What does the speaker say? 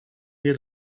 wie